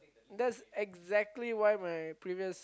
that's exactly why my previous